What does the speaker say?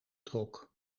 trok